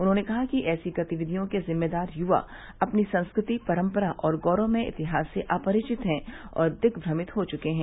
उन्होंने कहा कि ऐसी गतिविधियों के जिम्मेदार युवा अपनी संस्कृति परम्परा और गौरवमय इतिहास से अपरिवित है और दिग्भ्रमित हो चुके हैं